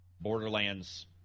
Borderlands